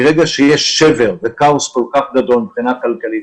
מרגע שיש שבר וכאוס כל כך גדול מבחינה כלכלית,